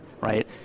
right